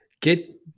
get